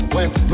West